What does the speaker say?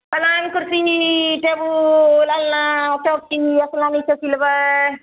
पलङ्ग कुर्सी नी टेबुल अलना पलङ्ग चौकी ई सब चीज लेबय